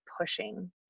pushing